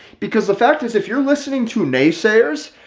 because the fact is, if you're listening to naysayers,